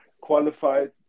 qualified